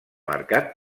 marcat